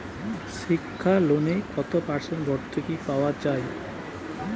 শিক্ষা লোনে কত পার্সেন্ট ভূর্তুকি পাওয়া য়ায়?